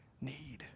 need